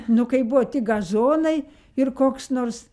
nu kai buvo tik gazonai ir koks nors